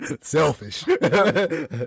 selfish